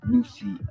Lucy